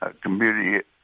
community